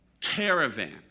caravan